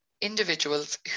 individuals